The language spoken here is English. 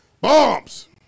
Bombs